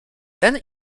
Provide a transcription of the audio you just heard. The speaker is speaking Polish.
ten